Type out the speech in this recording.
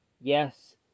yes